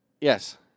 Yes